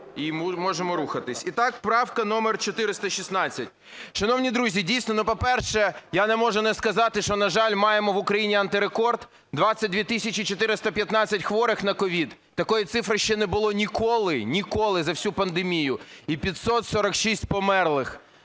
і можемо рухатись. І так, правка номер 416. Шановні друзі, дійсно, по-перше, я не можу не сказати, що, на жаль, маємо в Україні антирекорд – 22 тисячі 415 хворих на COVID. Такої цифри ще не було ніколи, ніколи за всю пандемію. І 546 померлих.